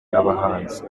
abahanzi